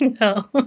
No